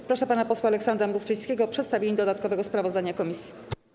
Proszę pana posła Aleksandra Mrówczyńskiego o przedstawienie dodatkowego sprawozdania komisji.